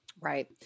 Right